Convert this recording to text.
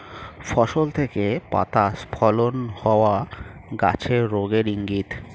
ফসল থেকে পাতা স্খলন হওয়া গাছের রোগের ইংগিত